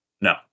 No